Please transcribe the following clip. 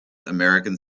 american